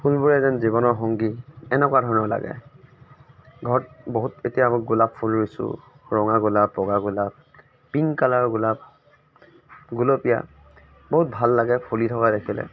ফুলবোৰে যেন জীৱনৰ সংগী এনেকুৱা ধৰণৰ লাগে ঘৰত বহুত এতিয়া মই গোলাপ ফুল ৰুইছোঁ ৰঙা গোলাপ বগা গোলাপ পিংক কালাৰৰ গোলাপ গুলপীয়া বহুত ভাল লাগে ফুলি থকা দেখিলে